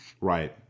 Right